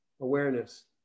awareness